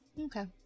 okay